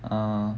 ah